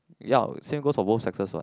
ya same goes for both sexes what